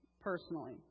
personally